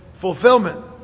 fulfillment